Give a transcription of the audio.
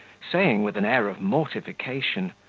saying, with an air of mortification,